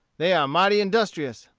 they are mighty industrious.